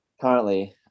currently